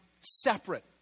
separate